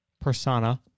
persona